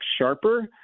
sharper